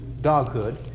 doghood